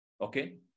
Okay